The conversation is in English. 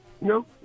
No